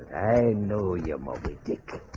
i know you're moby dick.